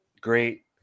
Great